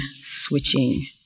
switching